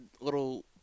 little